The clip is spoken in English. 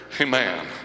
amen